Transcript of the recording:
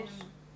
בבקשה.